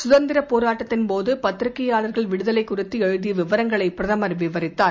சுதந்திரப் போரட்டத்தின் போது பத்திரிகையாளர்கள் விடுதலை குறித்து எழுதிய விவரங்களை பிரதமர் விவரித்தார்